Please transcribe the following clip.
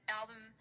album